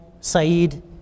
Saeed